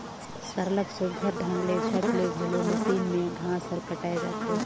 सरलग सुग्घर ढंग ले झट ले घलो मसीन में घांस हर कटाए जाथे